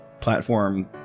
platform